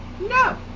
No